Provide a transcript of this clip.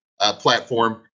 platform